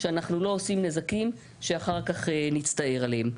שאנחנו לא עושים נזקים שאחר כך נצטער אליהם.